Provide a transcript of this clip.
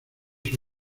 sus